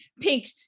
pink